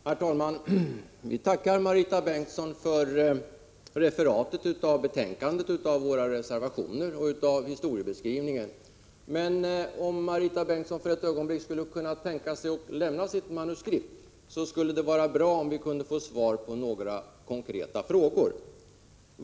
Herr talman! Vi tackar Marita Bengtsson för referaten av' betänkandet och våra reservationer och för historieskrivningen. Men om Marita Bengtsson för ett ögonblick kunde tänka sig att lämna sitt manuskript, skulle det vara bra om vi kunde få svar på några konkreta frågor.